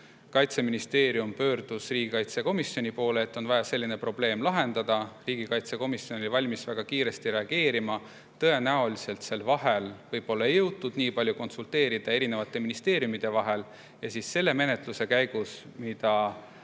Kaitseministeerium pöördus riigikaitsekomisjoni poole, sest oli vaja selline probleem lahendada. Riigikaitsekomisjon oli valmis väga kiiresti reageerima. Tõenäoliselt ei jõutud vahepeal nii palju konsulteerida erinevate ministeeriumidega ja selle menetluse käigus, mida